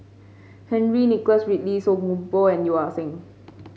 Henry Nicholas Ridley Song Koon Poh and Yeo Ah Seng